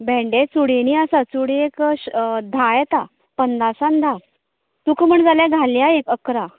भेंडें चुडीनी आसात चुडी एक धा येता पन्नासाक धा तुका म्हण जाल्यार घालया एक अकरा